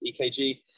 EKG